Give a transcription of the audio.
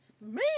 Man